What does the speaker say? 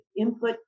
input